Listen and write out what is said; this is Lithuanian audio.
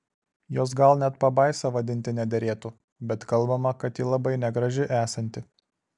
jos gal net pabaisa vadinti nederėtų bet kalbama kad ji labai negraži esanti